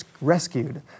rescued